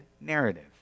narrative